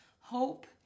Hope